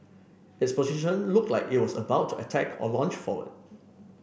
its position looked like it was about to attack or lunge forward